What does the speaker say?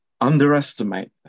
underestimate